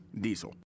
diesel